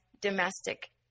domestic